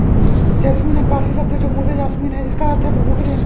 jasmine एक पारसी शब्द है जो मूलतः यासमीन है जिसका अर्थ है प्रभु की देन